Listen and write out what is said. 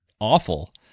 Awful